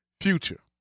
future